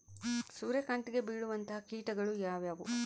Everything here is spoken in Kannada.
ಸೂರ್ಯಕಾಂತಿಗೆ ಬೇಳುವಂತಹ ಕೇಟಗಳು ಯಾವ್ಯಾವು?